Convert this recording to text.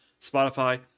Spotify